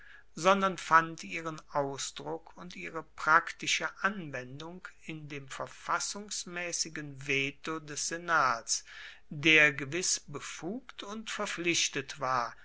sondern fand ihren ausdruck und ihre praktische anwendung in dem verfassungsmaessigen veto des senats der gewiss befugt und verpflichtet war